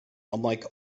unlike